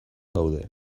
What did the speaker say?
gaude